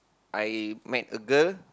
I met a girl